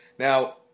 Now